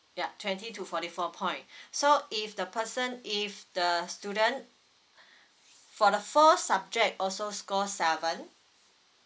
ya twenty to forty four point so if the person if the student for the first subject also score seven